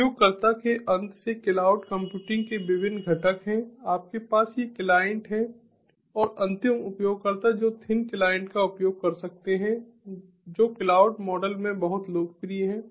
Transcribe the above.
उपयोगकर्ता के अंत से क्लाउड कंप्यूटिंग के विभिन्न घटक हैं आपके पास ये क्लाइंट हैं और अंतिम उपयोगकर्ता जो थिन क्लाइंट का उपयोग कर सकते हैं जो क्लाउड मॉडल में बहुत लोकप्रिय हैं